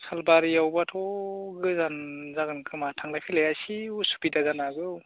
सालबारियावबाथ' गोजान जागोन खोमा थांलाय फैलाया एसे असुबिदा जानो हागौ